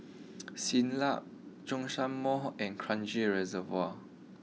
Siglap Zhongshan Mall and Kranji Reservoir